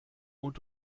und